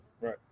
Right